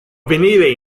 avvenire